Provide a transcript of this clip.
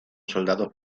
soldados